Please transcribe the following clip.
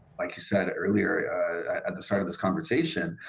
like you said earlier at the start of this conversation.